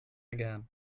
again